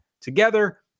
together